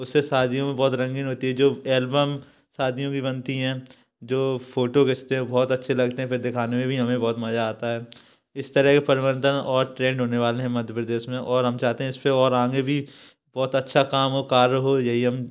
उससे शादियों में बहुत रंगीन होती है जो एल्बम शादियों की बनती हैं जो फोटो भेजते हैं वो बहुत अच्छे लगते हैं फिर दिखाने में भी हमें बहुत मजा आता है इस तरह के परिवर्तन और ट्रेंड होने वाले हैं मध्य प्रदेश में और हम चाहते हैं इस पर और आगे भी बहुत अच्छा काम हो कार्य हो यही हम